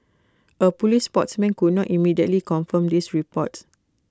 A Police spokesman could not immediately confirm these reports